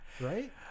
right